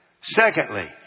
secondly